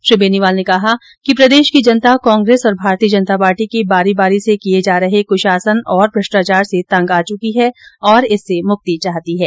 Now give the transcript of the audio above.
श्री बेनीवाल ने कहा है कि प्रदेश की जनता कांग्रेस और भारतीय जनता पार्टी के बारी बारी से किए जा रहे कुशासन और भ्रष्टाचार से तंग आ चुकी है और इससे मुक्ति चाहती है